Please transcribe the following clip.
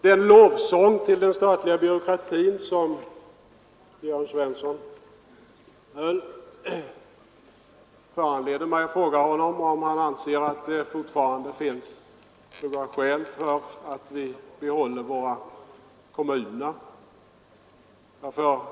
Den lovsång till den statliga byråkratin som herr Svensson exekverade föranleder mig fråga honom om han anser att det fortfarande finns några skäl för att behålla våra kommuner.